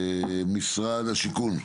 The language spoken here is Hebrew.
משרד השיכון.